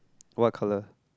what colour